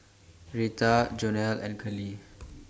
Rheta Jonell and Callie